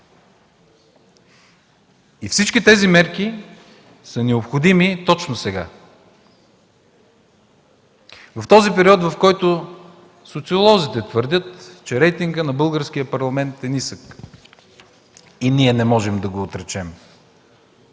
Всички тези мерки са необходими точно сега, в този период, в който социолозите твърдят, че рейтингът на Българския парламент е нисък и ние не можем да го отречем.